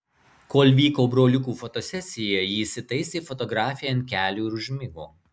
kol vyko broliukų fotosesija ji įsitaisė fotografei ant kelių ir užmigo